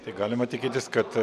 tai galima tikėtis kad